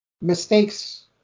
mistakes